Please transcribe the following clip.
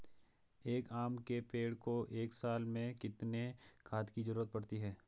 एक आम के पेड़ को एक साल में कितने खाद की जरूरत होती है?